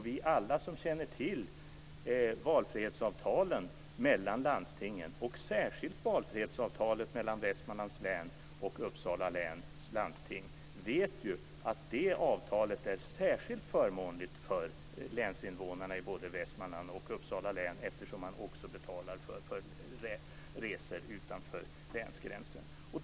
Vi alla som känner till valfrihetsavtalen mellan landstingen, och särskilt valfrihetsavtalet mellan Västmanlands läns och Uppsala läns landsting, vet ju att det avtalet är särskilt förmånligt för länsinvånarna i både Västmanlands och Uppsala län, eftersom man också betalar för resor utanför länsgränsen.